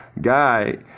guy